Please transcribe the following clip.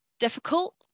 difficult